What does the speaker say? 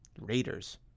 Raiders